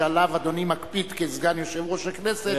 שעליו אדוני מקפיד כסגן יושב-ראש הכנסת,